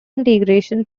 integration